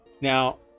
Now